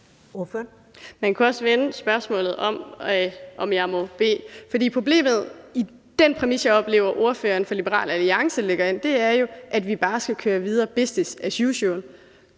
Man kunne også vende spørgsmålet om, om jeg må bede. For problemet i den præmis, som jeg oplever at ordføreren for Liberal Alliance lægger ind i det, er, at vi bare skal køre videre, business as usual,